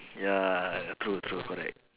ya true true correct